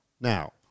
now